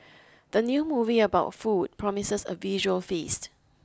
the new movie about food promises a visual feast